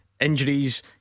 Injuries